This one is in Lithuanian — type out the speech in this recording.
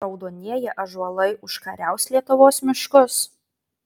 raudonieji ąžuolai užkariaus lietuvos miškus